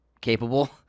capable